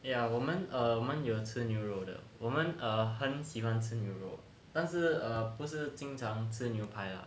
ya 我们 err 有吃牛肉的我们 err 很喜欢吃牛肉但是不是经常吃牛排啦